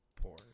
Poor